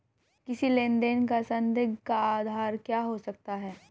किसी लेन देन का संदिग्ध का आधार क्या हो सकता है?